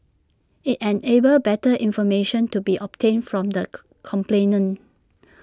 IT enables better information to be obtained from the complainant